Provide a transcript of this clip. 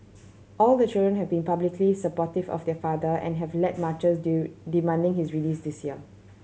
all the children have been publicly supportive of their father and have led marches due demanding his release this year